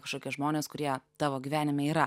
kažkokie žmonės kurie tavo gyvenime yra